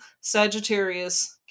Sagittarius